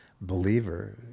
believer